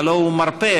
הלוא הוא מרפא,